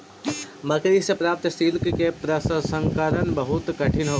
मकड़ि से प्राप्त सिल्क के प्रसंस्करण बहुत कठिन होवऽ हई